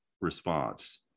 response